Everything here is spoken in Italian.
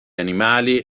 animali